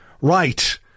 right